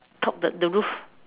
top the the roof